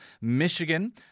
Michigan